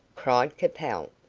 cried capel.